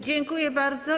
Dziękuję bardzo.